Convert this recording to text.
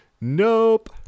Nope